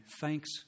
thanks